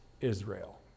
Israel